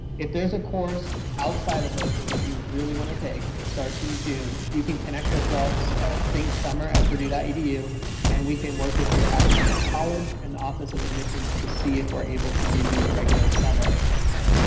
if there's a course outside of those so that you really want to take that starts in june, you can connect with us at think summer at purdue dot edu and we can work with your academic college and office of admissions to see if we are able to give you a regular summer admit term.